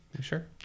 sure